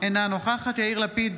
אינה נוכחת יאיר לפיד,